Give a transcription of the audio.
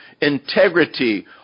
integrity